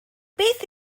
beth